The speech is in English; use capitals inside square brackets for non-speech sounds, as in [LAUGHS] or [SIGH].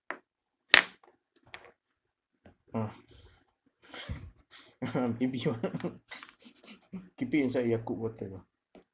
uh [LAUGHS] uh keeping inside yakult water ah